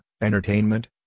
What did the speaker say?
entertainment